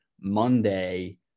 Monday